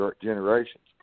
generations